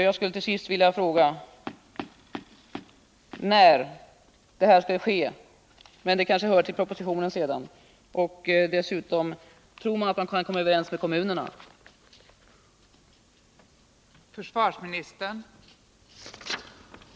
Jag skulle till sist vilja fråga — även om det kanske hör till propositionens innehåll — när den nya ordningen skall genomföras. Tror man vidare att man kommer överens med kommunerna på denna punkt?